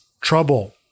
trouble